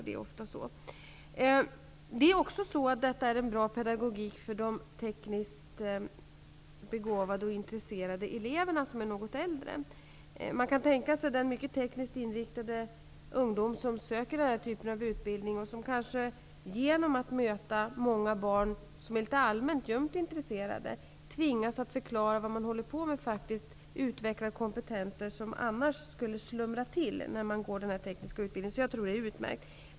Det här är också en bra pedagogik när det gäller de tekniskt begåvade och intresserade eleverna som är något äldre. Man kan tänka sig att den mycket tekniskt inriktade ungdom som söker den här typen av utbildning, genom att möta många barn som är litet allmänt ljumt intresserade och genom att tvingas förklara vad man håller på med, faktiskt utvecklar kompetenser som annars skulle slumra till när man går den här tekniska utbildningen. Jag tror alltså att det är utmärkt.